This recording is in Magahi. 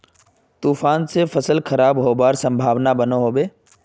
तूफान से फसल खराब होबार संभावना बनो होबे?